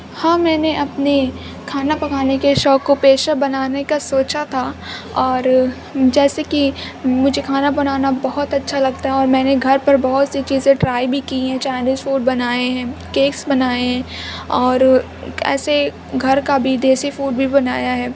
ہاں میں نے اپنے کھانا پکانے کے شوق کو پیشہ بنانے کا سوچا تھا اور جیسے کہ مجھے کھانا بنانا بہت اچھا لگتا ہے اور میں نے گھر پر بہت سی چیزیں ٹرائی بھی کی ہیں چاہے وہ شوپ بنائے ہیں کیکس بنائے ہیں اور ایسے گھر کا بھی دیسی فوڈ بھی بنایا ہے